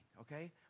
okay